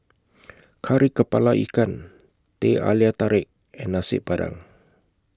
Kari Kepala Ikan Teh Halia Tarik and Nasi Padang